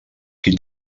qui